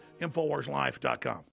Infowarslife.com